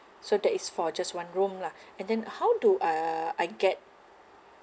so that is for just one room lah and then how do uh I get